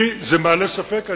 בי זה מעורר ספקות.